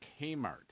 Kmart